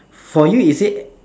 for you is it